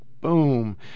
boom